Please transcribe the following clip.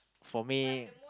for me